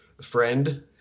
friend